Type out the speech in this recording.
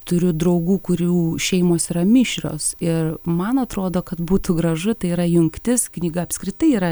turiu draugų kurių šeimos yra mišrios ir man atrodo kad būtų gražu tai yra jungtis knyga apskritai yra